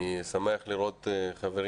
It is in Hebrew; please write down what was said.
אני שמח לראות חברים.